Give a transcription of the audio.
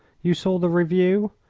you saw the review.